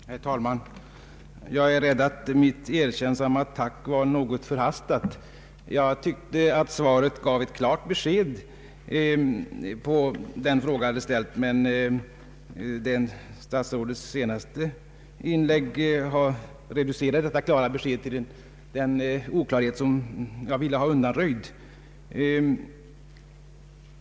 Herr talman! Jag är rädd för att mitt erkännsamma tack var något förhastat. Jag tyckte att svaret gav ett klart besked på den fråga som jag hade ställt, men statsrådets senaste inlägg reducerar detta klara besked till den oklarhet som jag ville ha undanröjd.